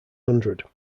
hundred